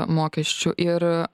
mokesčių ir